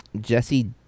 jesse